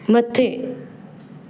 मथे